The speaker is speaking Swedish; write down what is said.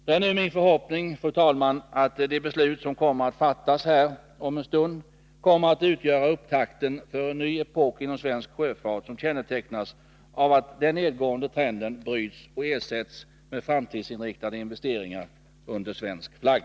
Det är nu min förhoppning, fru talman, att de beslut som kommer att fattas här om en stund kommer att utgöra upptakten för en ny epok inom svensk sjöfart, som kännetecknas av att den nedåtgående trenden bryts och ersätts med framtidsinriktade investeringar under svensk flagg.